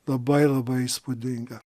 labai labai įspūdinga